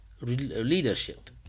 leadership